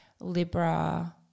Libra